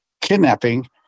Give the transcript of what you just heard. kidnapping